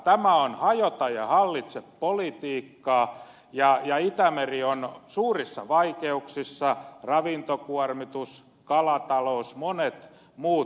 tämä on hajota ja hallitse politiikkaa ja itämeri on suurissa vaikeuksissa ravintokuormitus kalatalous monet muut